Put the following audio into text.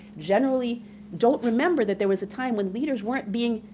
generally don't remember that there was a time when leaders weren't being